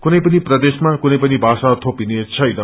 कुनै पनि प्रदेशमा कुनै पनि थापिने छैन